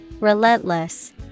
Relentless